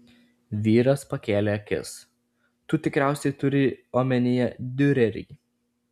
vyras pakėlė akis tu tikriausiai turi omenyje diurerį